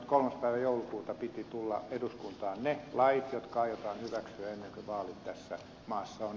päivä joulukuuta piti tulla eduskuntaan ne lait jotka aiotaan hyväksyä ennen kuin vaalit tässä maassa on